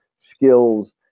skills